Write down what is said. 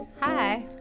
Hi